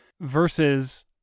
versus